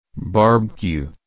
Barbecue